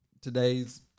today's